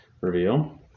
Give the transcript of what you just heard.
Reveal